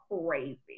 crazy